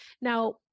Now